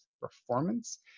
performance